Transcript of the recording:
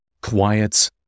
Quiet